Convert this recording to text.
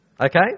okay